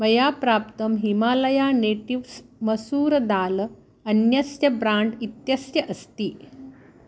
मया प्राप्तं हिमालया नेटिव्स् मसूरदाल अन्यस्य ब्राण्ड् इत्यस्य अस्ति